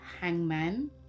hangman